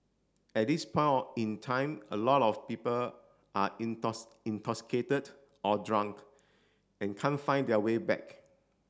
at this point in time a lot of people are intoxicated or drunk and can't find their way back